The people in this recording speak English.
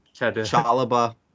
Chalaba